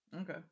Okay